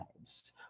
lives